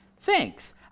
Thanks